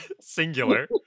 Singular